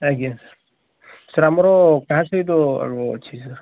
ଆଜ୍ଞା sir sir ଆମର କାହା ସହିତ ଅଛି ସାର୍